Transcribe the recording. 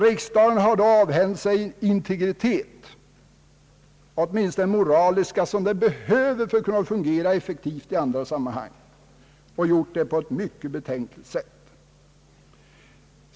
Riksdagen har då avhänt sig den integritet, åtminstone moraliskt, som den behöver för att kunna fungera effektivt i andra sammanhang; och den har gjort det på ett mycket betänkligt sätt.